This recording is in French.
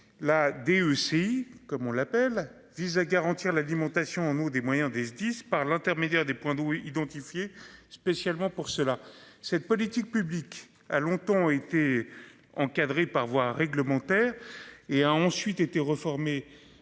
Là. Aussi, comme on l'appelle vise à garantir l'alimentation en eau des moyens des SDIS par l'intermédiaire des points identifier spécialement pour cela. Cette politique publique a longtemps été encadré par voie réglementaire et a ensuite été réformé